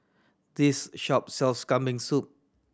this shop sells Kambing Soup